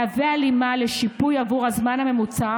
מהווה הלימה לשיפוי עבור הזמן הממוצע